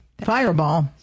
Fireball